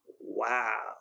Wow